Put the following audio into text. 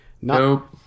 Nope